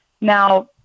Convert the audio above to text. Now